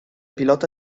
pilota